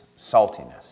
saltiness